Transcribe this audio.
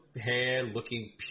hair-looking